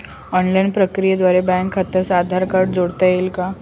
Online प्रक्रियेद्वारे bank खात्यास Aadhaar card जोडता येईल का?